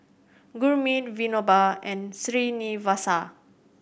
Gurmeet Vinoba and Srinivasa